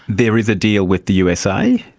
there is a deal with the usa?